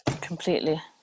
completely